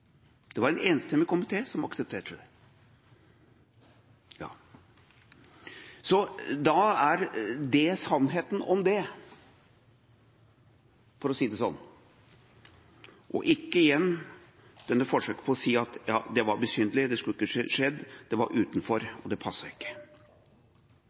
det var en enstemmig komité som aksepterte det. Det er sannheten om det – for å si det slik – og ikke igjen dette forsøket på å si at det var besynderlig, det skulle ikke skjedd, det var utenfor,